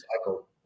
cycle